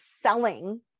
selling